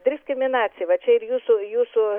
diskriminacija va čia ir jūsų jūsų